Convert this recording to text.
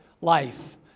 life